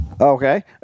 Okay